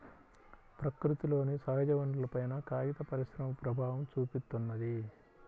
ప్రకృతిలోని సహజవనరులపైన కాగిత పరిశ్రమ ప్రభావం చూపిత్తున్నది